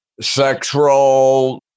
sexual